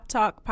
Talk